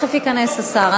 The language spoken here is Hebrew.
תכף ייכנס השר.